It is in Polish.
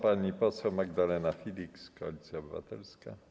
Pani poseł Magdalena Filiks, Koalicja Obywatelska.